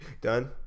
done